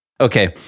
Okay